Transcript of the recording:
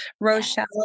Rochelle